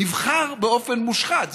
נבחר באופן מושחת.